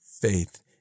faith